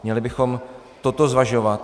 Měli bychom toto zvažovat.